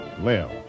Lil